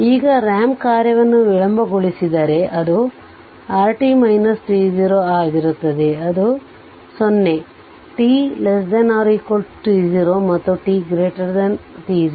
ಈಗ ರಾಂಪ್ ಕಾರ್ಯವನ್ನು ವಿಳಂಬಗೊಳಿಸಿದರೆ ಅದು rt t0 ಆಗಿರುತ್ತದೆ ಅದು 0 t t0 ಮತ್ತು ಅದು t t0